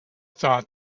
thought